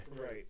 Right